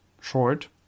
short